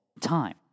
time